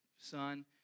son